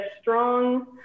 strong